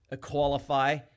qualify